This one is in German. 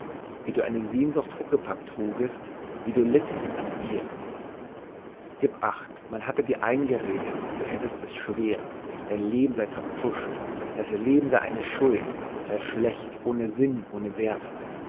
wie du eine sehnsucht huckepack trugest wie du littest an dir gib acht man hatte dir eingeredet du hättest es schwer dein leben sei verpfuscht das leben sei eine schuld sei schlecht ohne sinn ohne wert